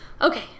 okay